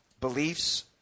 beliefs